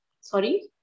Sorry